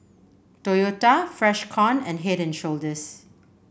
Toyota Freshkon and Head And Shoulders